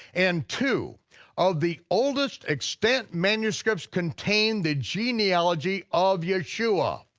and two of the oldest extant manuscripts contain the genealogy of yeshua.